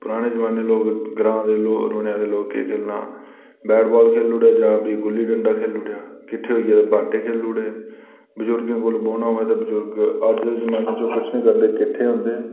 पराने जमाने दे लोक ग्रांऐं दे लोक केह् खेढना बैट बॉल खेल्ली ओड़ेआ जां गुल्ली डंडा खेल्ली ओड़ेआ किट्ठे होइयै बांह्टे खेल्ली ओड़े बजुर्गें कोल बौह्ना होऐ ते बजुर्ग अज्ज दे जमाने च ओह् किश निं करदे किट्ठे होंदे